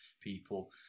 people